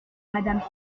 madame